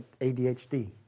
ADHD